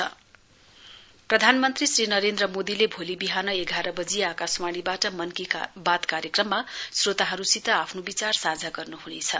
PM मनकी बात प्रधानमन्त्री श्री नरेन्द्र मोदीले भोलि बिहान एघार बजी आकाशवाणीबाट मनकी बात कार्यक्रममा श्रोताहरूसित आफ्नो विचार साझा गर्न्हनेछ